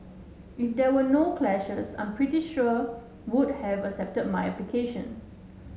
if there were no clashes I'm pretty sure would have accepted my application